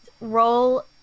roll